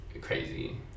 crazy